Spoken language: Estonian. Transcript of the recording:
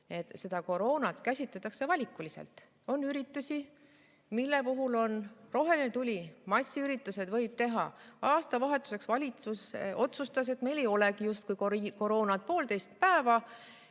et koroonat käsitletakse valikuliselt. On üritusi, mille puhul on roheline tuli, massiüritusi võib teha. Aastavahetuseks valitsus otsustas, et meil justkui ei olegi koroonat, poolteist päeva